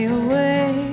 away